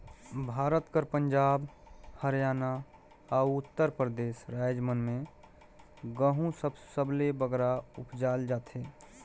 भारत कर पंजाब, हरयाना, अउ उत्तर परदेस राएज मन में गहूँ सबले बगरा उपजाल जाथे